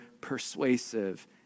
persuasive